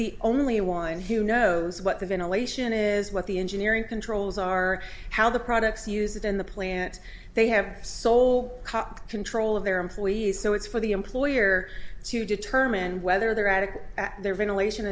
the only one who knows what the ventilation is what the engineering controls are how the products use it in the plant they have sole control of their employees so it's for the employer to determine whether their attic their ventilation